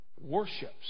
worships